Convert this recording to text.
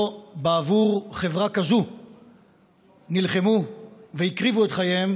לא בעבור חברה כזאת נלחמו והקריבו את חייהם